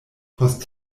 post